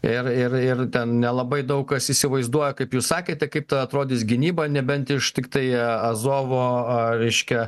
ir ir ir ten nelabai daug kas įsivaizduoja kaip jūs sakėte kaip atrodys gynyba nebent ištiktąją azovo a reiškia